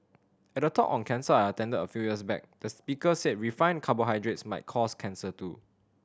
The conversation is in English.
at a talk on cancer I attended a few years back the speaker said refined carbohydrates might cause cancer too